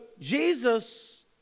Jesus